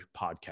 podcast